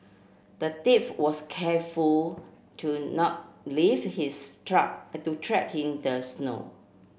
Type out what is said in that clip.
the thief was careful to not leave his truck to track in the snow